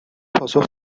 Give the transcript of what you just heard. پاسخ